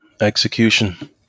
Execution